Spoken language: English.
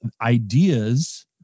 ideas